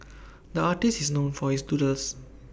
the artist is known for his doodles